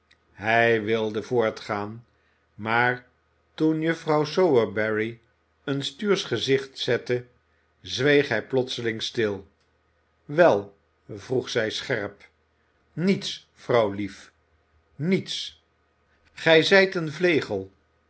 hij wilde voortgaan maar toen juffrouw sowerberry een stuurs gezicht zette zweeg hij plotseling stil wel vroeg zij scherp niets vrouwlief niets gij zijt een vlegel